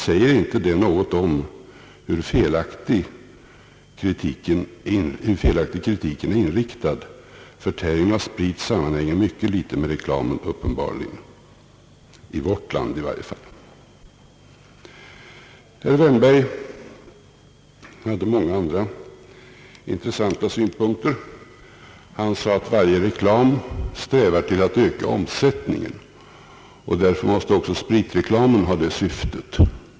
Säger inte detta något om hur felaktigt kritiken är inriktad? Förtäring av sprit sammanhänger mycket litet med reklamen, i varje fall är det uppenbarligen så i vårt land. Herr Wärnberg hade många andra intressanta synpunkter. Han sade att varje reklam strävar till att öka omsättningen, och därför måste också spritreklamen ha det syftet.